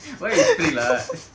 why you whispering lah